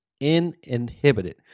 inhibited